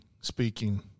speaking